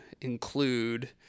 include